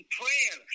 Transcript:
prayer